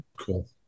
cool